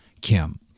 Kim